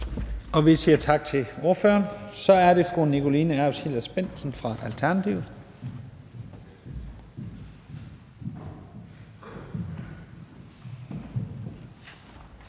Vi siger tak til ordføreren. Så er det fru Nikoline Erbs Hillers-Bendtsen fra Alternativet.